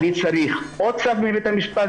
אני צריך צו מבית משפט,